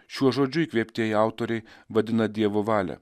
šiuo žodžiu įkvėptieji autoriai vadina dievo valią